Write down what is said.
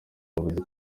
yavuze